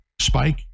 spike